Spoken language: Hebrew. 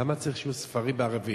למה צריך שיהיו ספרים בערבית?